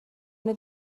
کنید